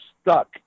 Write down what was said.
stuck